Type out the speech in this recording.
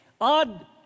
odd